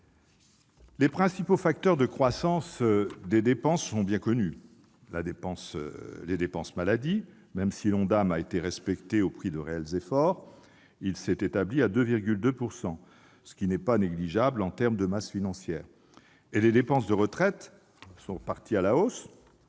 Les principaux facteurs de croissance des dépenses sont bien connus. Il s'agit tout d'abord des dépenses maladie, même si l'Ondam a été respecté, au prix de réels efforts. Il s'est établi à 2,2 %, ce qui n'est pas négligeable en masse financière. Ensuite, les dépenses de retraite sont reparties à la hausse,